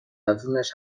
افزونش